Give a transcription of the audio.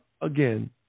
again